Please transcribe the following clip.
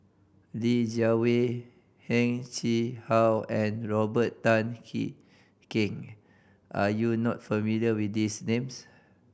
Li Jiawei Heng Chee How and Robert Tan Jee Keng are you not familiar with these names